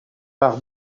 par